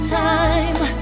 time